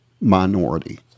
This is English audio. minority